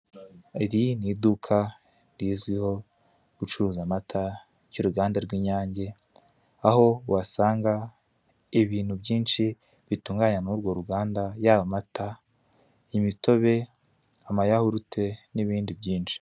Iri ni iduka rizwiho gucuruza amata ry'uruganda rw'inyange aho wahasanga ibintu byinshi bitunganya n'urwo ruganda yaba amata, imitobe, amayawurute n'ibindi byinshi.